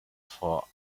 for